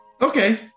Okay